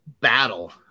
battle